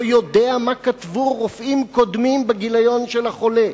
לא יודע מה כתבו רופאים קודמים בגיליון של החולה,